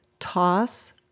Toss